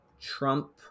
Trump